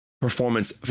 performance